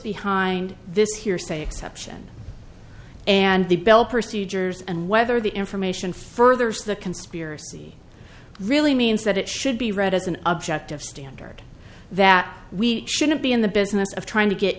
behind this hearsay exception and the bell procedures and whether the information furthers the conspiracy really means that it should be read as an objective standard that we shouldn't be in the business of trying to get